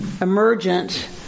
emergent